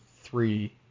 three